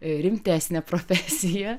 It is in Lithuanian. rimtesnę profesiją